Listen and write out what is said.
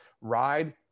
ride